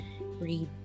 read